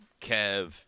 Kev